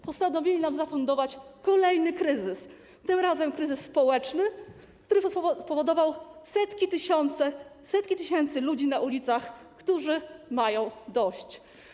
Postanowili nam zafundować kolejny kryzys, tym razem kryzys społeczny, który spowodował setki tysięcy ludzi na ulicach, którzy mają dość.